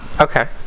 Okay